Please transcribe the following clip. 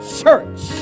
church